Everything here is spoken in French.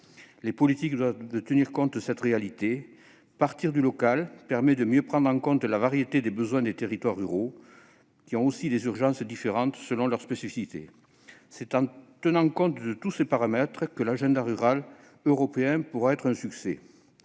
Les politiques doivent tenir compte de cette réalité. Partir du local permet de mieux prendre en compte la variété des besoins des territoires ruraux, qui ont aussi des urgences différentes selon leurs spécificités. C'est en tenant compte de tous ces paramètres que l'agenda rural européen pourra être un succès.